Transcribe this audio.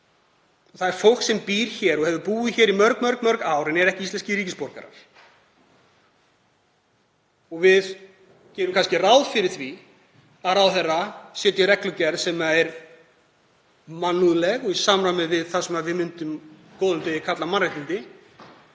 Það er fólk sem býr hér og hefur búið hér í mörg ár en er ekki íslenskir ríkisborgarar. Við gerum kannski ráð fyrir því að ráðherra setji reglugerð sem er mannúðleg og í samræmi við það sem við myndum á góðum degi kalla mannréttindi.